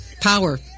power